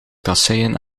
kasseien